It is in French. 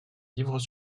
livres